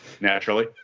Naturally